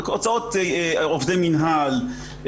הוצאות עובדי מינהל,